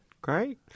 great